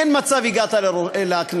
אין מצב שהגעת לכנסת.